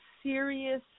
Serious